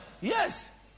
Yes